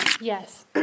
Yes